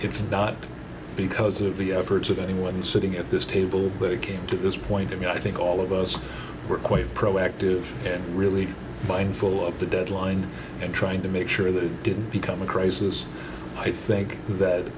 it's not because of the efforts of anyone sitting at this table but it came to this point of view i think all of us were quite proactive and really mindful of the deadline and trying to make sure that it didn't become a crisis i think that